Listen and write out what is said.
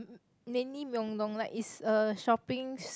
mainly Myeongdong like it's a shopping